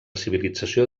civilització